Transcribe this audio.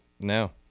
no